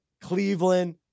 Cleveland